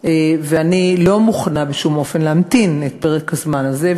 ואני לא מוכנה בשום אופן להמתין את פרק הזמן הזה.